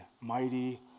mighty